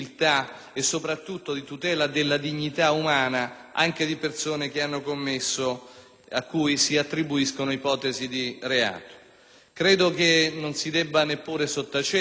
anche di persone che hanno commesso reati, o a cui si attribuiscono ipotesi di reato. Credo non si debba neppure sottacere il contributo che è stato portato a questo provvedimento